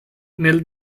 nel